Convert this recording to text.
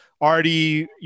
already